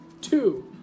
Two